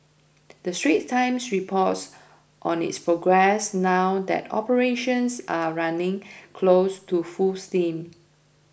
the Straits Times reports on its progress now that operations are running close to full steam